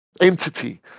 entity